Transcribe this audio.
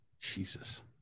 Jesus